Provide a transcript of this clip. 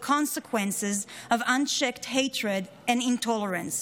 consequences of unchecked hatred and intolerance.